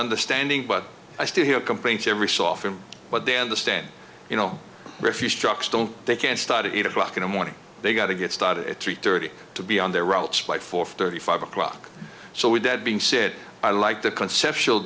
understanding but i still hear complaints every so often but they understand you know refused trucks don't they can start at eight o'clock in the morning they've got to get started at three thirty to be on their road split for thirty five o'clock so with that being said i like the conceptual